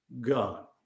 God